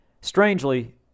Strangely